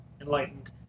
enlightened